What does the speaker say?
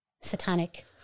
satanic